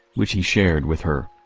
which he shared with her.